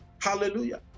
Hallelujah